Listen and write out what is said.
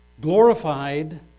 glorified